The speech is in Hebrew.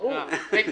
ברור.